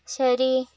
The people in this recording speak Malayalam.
ശരി